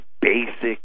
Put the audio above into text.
basic